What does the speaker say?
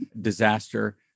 disaster